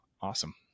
Awesome